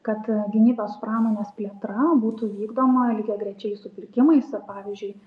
kad gynybos pramonės plėtra būtų vykdoma lygiagrečiai su pirkimais ir pavyzdžiui